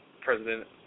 President